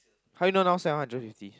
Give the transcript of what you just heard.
how you know now seven hundred fifty